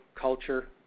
culture